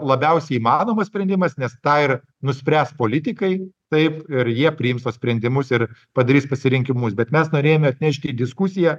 labiausiai įmanomas sprendimas nes tą ir nuspręs politikai taip ir jie priims sprendimus ir padarys pasirinkimus bet mes norėjome atnešt į diskusiją